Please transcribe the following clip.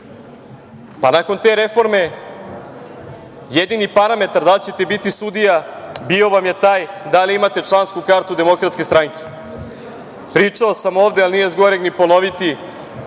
te reforme, jedini parametar da li ćete biti sudija bio vam je taj da li imate člansku kartu DS. Pričao sam ovde, ali nije zgoreg i ponoviti